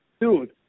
dude